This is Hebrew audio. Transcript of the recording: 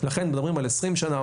לכן מדברים על 20 שנה,